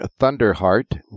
Thunderheart